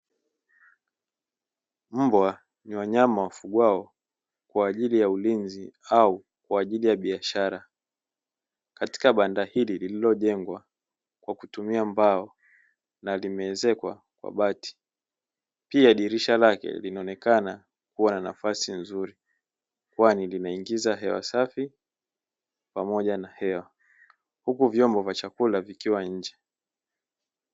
Mbwa ni wanyama wafugwao kwa ajili ya ulinzi au kwa ajili ya biashara. Katika banda hili lililojengwa kwa kutumia mbao na limeezekwa kwa bati. Pia dirisha lake linaonekana kuwa na nafasi nzuri kwani linaingiza hewa safi pamoja na hewa, huku vyombo vya chakula vikiwa nje.